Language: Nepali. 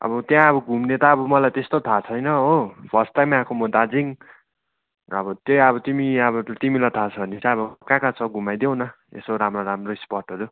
अब त्यहाँ अब घुम्ने त अब मलाई त्यस्तो त थाह छैन हो फर्स्ट टाइम आएको म दार्जिलिङ अब त्यही अब तिमी यहाँबाट अब तिमीलाई थाह छ भने चाहिँ अब कहाँ कहाँ छ घुमाइदेऊ न यसो राम्रो राम्रो स्पटहरू